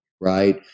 right